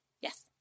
Yes